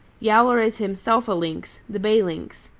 yowler is himself a lynx, the bay lynx.